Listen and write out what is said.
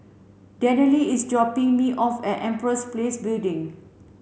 Danielle is dropping me off at Empress Place Building